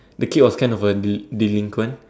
the kid was kind of a deli~ delinquent